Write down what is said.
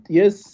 yes